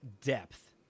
depth